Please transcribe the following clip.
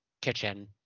kitchen